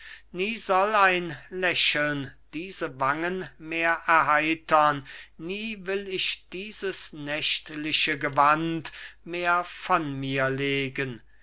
nie soll ein lächeln diese wangen mehr erheitern nie will ich dieses nächtliche gewand mehr von mir legen